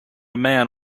man